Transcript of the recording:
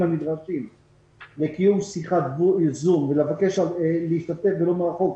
הנדרשים לקיום שיחת זום ולבקש להשתתף בדיון מרחוק,